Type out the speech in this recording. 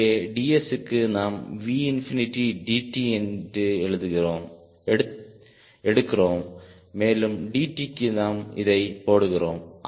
இங்கே dsக்கு நாம் Vdt எடுக்கிறோம் மேலும்dtக்கு நாம் இதை போடுகிறோம்